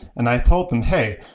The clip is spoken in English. and i told them, hey,